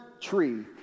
tree